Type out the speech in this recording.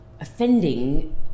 offending